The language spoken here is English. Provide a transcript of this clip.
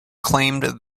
claimed